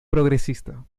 progresista